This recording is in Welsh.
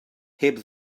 heb